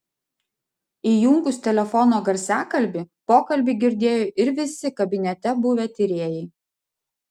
įjungus telefono garsiakalbį pokalbį girdėjo ir visi kabinete buvę tyrėjai